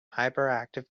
hyperactive